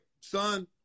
son